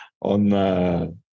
on